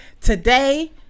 today